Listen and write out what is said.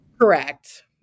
Correct